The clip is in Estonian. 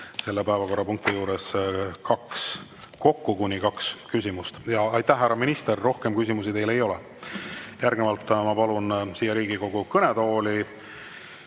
selle päevakorrapunkti juures kokku kuni kaks küsimust. Aitäh, härra minister! Rohkem küsimusi teile ei ole. Järgnevalt ma palun siia Riigikogu kõnetooli